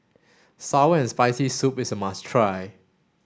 sour and spicy soup is a must try